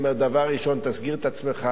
שאומר: דבר ראשון תסגיר את עצמך,